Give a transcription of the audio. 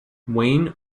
wayne